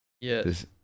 Yes